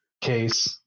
Case